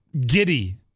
giddy